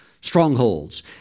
strongholds